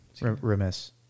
Remiss